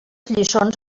lliçons